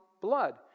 blood